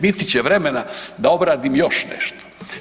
Biti će vremena da obradim još nešto.